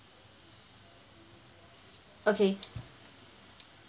okay